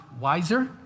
wiser